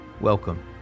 welcome